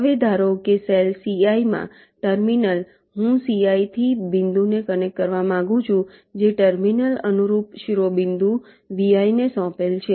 હવે ધારો કે સેલ ci માં ટર્મિનલ હું ci થી બિંદુને કનેક્ટ કરવા માંગુ છું જે ટર્મિનલ અનુરૂપ શિરોબિંદુ vi ને સોંપેલ છે